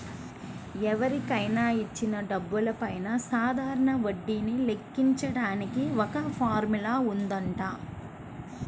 ఎవరికైనా ఇచ్చిన డబ్బులపైన సాధారణ వడ్డీని లెక్కించడానికి ఒక ఫార్ములా వుంటది